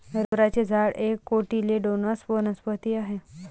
रबराचे झाड एक कोटिलेडोनस वनस्पती आहे